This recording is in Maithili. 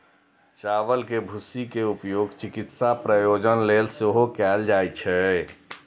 चावल के भूसी के उपयोग चिकित्सा प्रयोजन लेल सेहो कैल जाइ छै